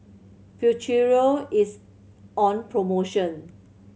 Futuro is on promotion